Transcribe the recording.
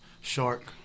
Shark